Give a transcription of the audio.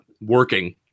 working